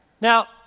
Now